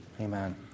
Amen